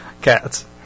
Cats